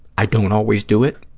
i don't always do it,